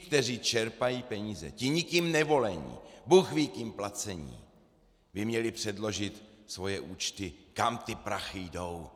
Ti, kteří čerpají peníze, ti nikým nevolení, bůhví kým placení, by měli předložit svoje účty, kam ty prachy jdou.